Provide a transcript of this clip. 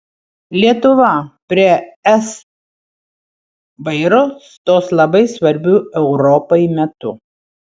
lietuva prie es vairo stos labai svarbiu europai metu